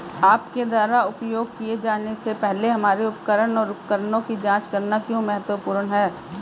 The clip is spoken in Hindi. आपके द्वारा उपयोग किए जाने से पहले हमारे उपकरण और उपकरणों की जांच करना क्यों महत्वपूर्ण है?